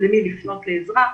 למי לפנות לעזרה.